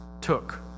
took